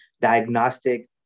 diagnostic